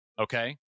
Okay